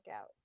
out